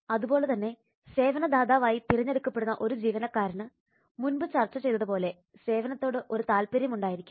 അതുപോലെതന്നെ സേവനദാതാവ് ആയി തിരഞ്ഞെടുക്കപ്പെടുന്ന ഒരു ജീവനക്കാരന് മുമ്പ് ചർച്ച ചെയ്തതുപോലെ സേവനത്തോട് ഒരു താല്പര്യം ഉണ്ടായിരിക്കണം